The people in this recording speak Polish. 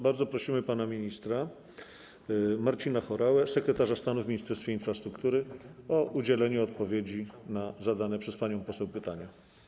Bardzo prosimy pana ministra Marcina Horałę, sekretarza stanu w Ministerstwie Infrastruktury, o udzielenie odpowiedzi na zadane przez panią poseł pytania.